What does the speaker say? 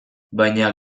baina